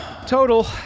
Total